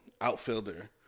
outfielder